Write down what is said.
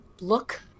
look